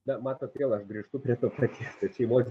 na matot vėl aš grįžtu prie to paties šeimos